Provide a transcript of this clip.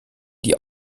die